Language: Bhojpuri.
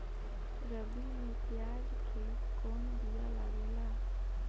रबी में प्याज के कौन बीया लागेला?